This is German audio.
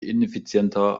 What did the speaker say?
ineffizienter